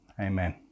Amen